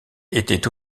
était